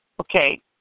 okay